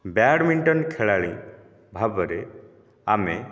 badminton ଖେଳାଳି ଭାବରେ ଆମେ